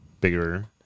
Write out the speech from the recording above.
bigger